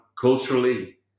culturally